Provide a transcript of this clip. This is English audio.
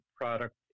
product